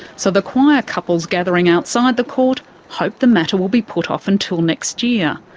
so the qwire couples gathering outside the court hope the matter will be put off until next year.